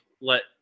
let